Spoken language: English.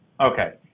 Okay